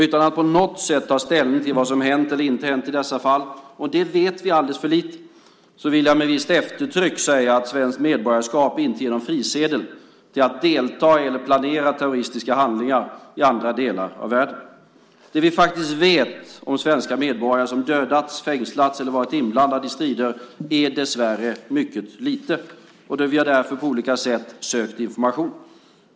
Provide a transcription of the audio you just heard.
Utan att på något sätt att ställning till vad som har hänt eller inte hänt i dessa fall, om det vet vi alldeles för lite, vill jag med visst eftertryck säga att svenskt medborgarskap inte ger någon frisedel till att delta i eller planera terroristiska handlingar i andra delar av världen. Det vi faktiskt vet om de svenska medborgare som dödats, fängslats eller varit inblandade i strider är dessvärre mycket lite. Vi har därför på olika sätt sökt information.